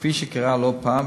כפי שקרה לא פעם,